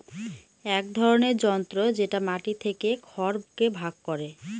এক ধরনের যন্ত্র যেটা মাটি থেকে খড়কে ভাগ করে